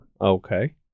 Okay